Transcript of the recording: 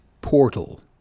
portal